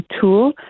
tool